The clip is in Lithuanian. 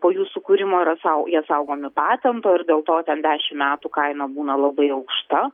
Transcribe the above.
po jų sukūrimo yra sau jie saugomi patento ir dėl to ten dešim metų kaina būna labai aukšta